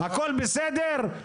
הכל בסדר?